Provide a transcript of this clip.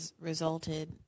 resulted